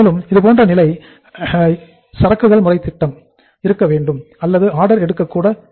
இதுபோன்ற நிலை எது சரக்குகள் முறைத் திட்டம் இருக்க வேண்டும் அல்லது ஆர்டர் எடுக்க கூட வேண்டும்